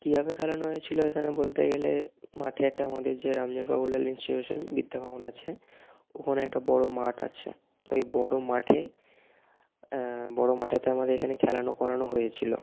কীভাবে খেলানো হয়েছিল এখানে বলতে গেলে মাঠে একটা আমাদের যে রামজীবনপুর বাবুলাল ইনস্টিটিউশন বিদ্যাভবন আছে ওখানে একটা বড় মাঠ আছে ওই বড় মাঠে বড় মাঠেতে আমাদের এখানে খেলানো করানো হয়েছিল